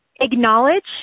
acknowledge